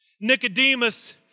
Nicodemus